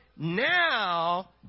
now